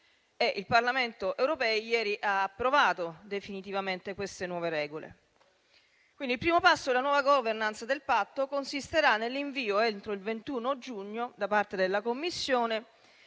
il Parlamento europeo ieri ha approvato definitivamente le nuove regole. Quindi, il primo passo della nuova *governance* del Patto consisterà nell'invio entro il 21 giugno, da parte della Commissione,